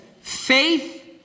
faith